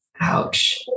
Ouch